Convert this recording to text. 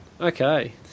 okay